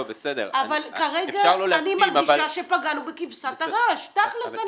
אבל כרגע אני מרגישה שפגענו בכבשת רש, תכלס.